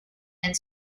and